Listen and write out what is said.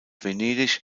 venedig